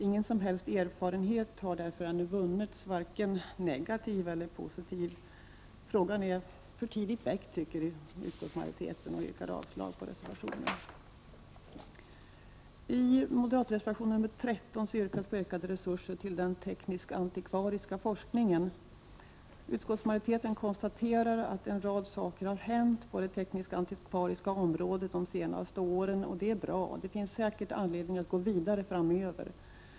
Ingen som helst erfarenhet har därför ännu vunnits, varken negativ eller positiv. Frågan är för tidigt väckt tycker utskottsmajoriteten och yrkar avslag på reservationen. I m-reservationen 13 yrkas på ökade resurser till den teknisk-antikvariska forskningen. Utskottsmajoriteten konstaterar att en rad saker har hänt på det teknisk-antikvariska området de senaste åren. Och det är bra. Det finns säkert anledning att gå vidare framöver.